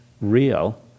real